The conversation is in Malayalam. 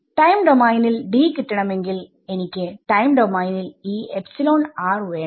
ടൈം ഡോമൈനിൽ D കിട്ടണമെങ്കിൽ എനിക്ക് ടൈം ഡോമൈനിൽ ഈ വേണം